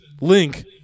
link